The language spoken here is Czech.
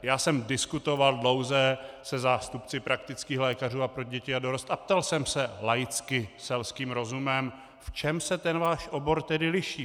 Já jsem dlouze diskutoval se zástupci praktických lékařů a pro děti a dorost a ptal jsem se laicky, selským rozumem: V čem se ten váš obor tedy liší?